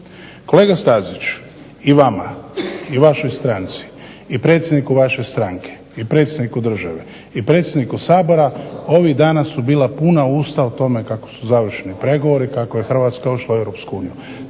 Kolega Stazić i vama i vašoj stranci i predsjedniku vaše stranke i predsjedniku države i predsjedniku Sabora ovih dana su bila puna usta o tome kako su završeni pregovori kako je Hrvatska ušla u EU. Ti